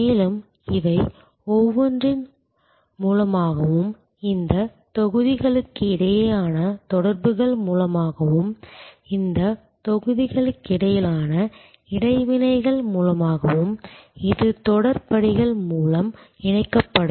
மேலும் இவை ஒவ்வொன்றின் ஊடாட்டங்கள் மூலமாகவும் இந்தத் தொகுதிகளுக்கிடையேயான தொடர்புகள் மூலமாகவும் இந்தத் தொகுதிகளுக்கிடையிலான இடைவினைகள் மூலமாகவும் இது தொடர் படிகள் மூலம் இணைக்கப்படும்